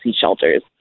shelters